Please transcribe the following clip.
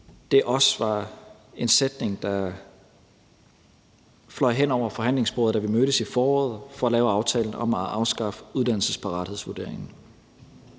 det også var en sætning, der fløj hen over forhandlingsbordet, da vi mødtes i foråret for at lave aftalen om at afskaffe uddannelsesparathedsvurderingen.